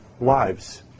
lives